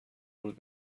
بود